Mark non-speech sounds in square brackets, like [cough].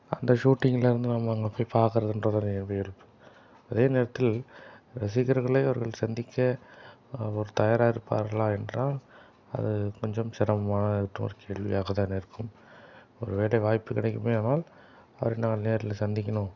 அந்த ஷூட்டிங்கில் வந்து நம்ம அங்கே போய் பார்க்கறதுன்றது [unintelligible] அதே நேரத்தில் ரசிகர்களை அவர்கள் சந்திக்க அவர் தயாராக இருப்பாரா என்றால் அது கொஞ்சம் சிரமமான தோ ஒரு கேள்வியாக தான் இருக்கும் ஒரு வேளை வாய்ப்பு கிடைக்குமேயானால் அவரை நான் நேரில் சந்திக்கணும்